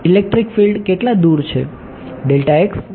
electric field કેટલા દૂર છે